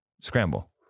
scramble